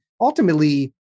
ultimately